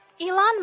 Elon